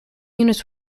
units